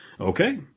Okay